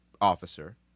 officer